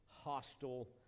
hostile